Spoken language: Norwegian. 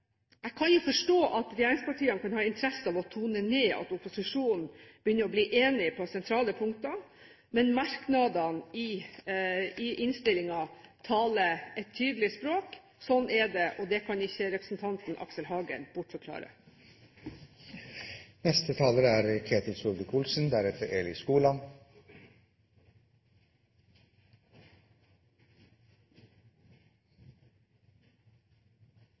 Jeg kan forstå at regjeringspartiene kan ha interesse av å tone ned at opposisjonen begynner å bli enige på sentrale punkter, men merknadene i innstillingen taler et tydelig språk. Sånn er det, og det kan ikke representanten Aksel Hagen bortforklare.